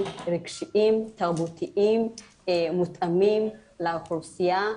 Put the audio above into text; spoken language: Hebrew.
רגשיים-תרבותיים מותאמים לאוכלוסייה,